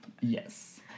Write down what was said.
Yes